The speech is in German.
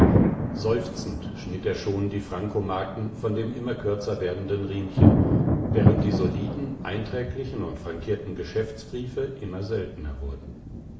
seufzend schnitt er schon die frankomarken von dem immer kürzer werdenden riemchen während die soliden einträglichen und frankierten geschäftsbriefe immer seltener wurden